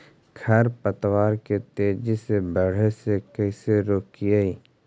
खर पतवार के तेजी से बढ़े से कैसे रोकिअइ?